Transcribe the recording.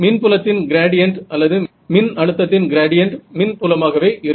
மின் புலத்தின் கிரேடியன்ட் அல்லது மின் அழுத்தத்தின் கிரேடியன்ட் மின்புலமாக இருக்கும்